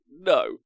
no